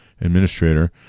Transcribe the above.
administrator